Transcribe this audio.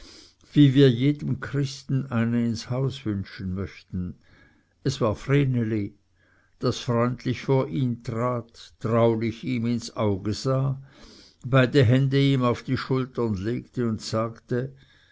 wie wir jedem christen eine ins haus wünschen möchten es war vreneli das freundlich vor ihn trat traulich ihm ins auge sah beide hände ihm auf die schultern legte und sagte